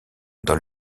dans